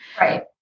Right